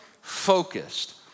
focused